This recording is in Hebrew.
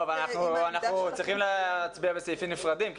אבל אנחנו צריכים להצביע בסעיפים נפרדים.